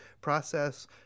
process